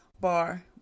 bar